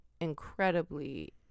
incredibly